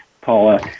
Paula